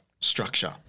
structure